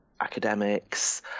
academics